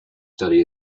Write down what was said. study